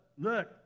Look